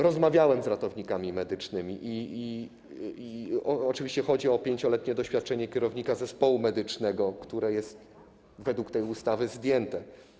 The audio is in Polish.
Rozmawiałem z ratownikami medycznymi, chodzi o 5-letnie doświadczenie kierownika zespołu medycznego, które jest według tej ustawy zdjęte.